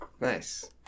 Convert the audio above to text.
Nice